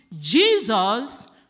Jesus